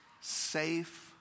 safe